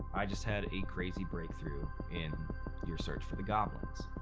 i just had a crazy breakthrough in your search for the goblins.